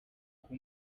kuba